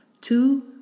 two